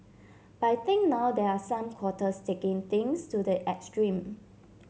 but I think now there are some quarters taking things to the extreme